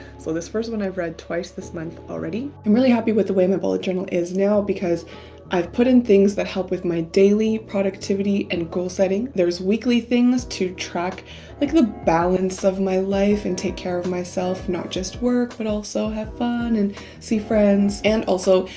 so this first one i've read twice this month already. i'm really happy with the way my bullet journal is now because i've put in things that help with my daily productivity and goal-setting. there's weekly things to track like the balance of my life, and take care of myself, not just work, but also have fun and see friends. and also,